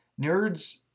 nerds